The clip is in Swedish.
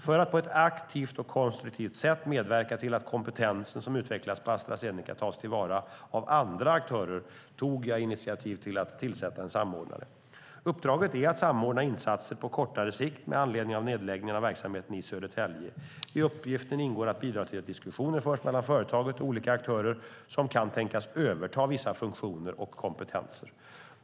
För att på ett aktivt och konstruktivt sätt medverka till att kompetensen som utvecklats på Astra Zeneca tas till vara av andra aktörer tog jag initiativ till att tillsätta en samordnare. Uppdraget är att samordna insatser på kortare sikt med anledning av nedläggningen av verksamheten i Södertälje. I uppgiften ingår att bidra till att diskussioner förs mellan företaget och olika aktörer som kan tänkas överta vissa funktioner och kompetenser.